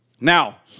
Now